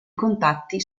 contatti